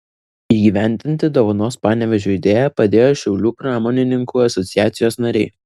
įgyvendinti dovanos panevėžiui idėją padėjo šiaulių pramonininkų asociacijos nariai